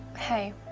hey,